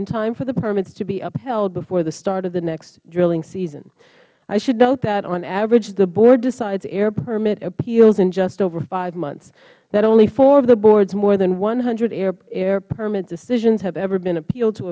in time for the permits to be upheld before the start of the next drilling season i should note that on average the board decides air permit appeals in just over hmonths that only four of the board's more than one hundred air permit decisions have ever been appealed to